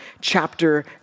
chapter